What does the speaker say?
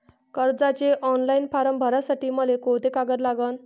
कर्जाचे online form भरासाठी मले कोंते कागद लागन?